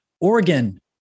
Oregon